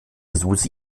susi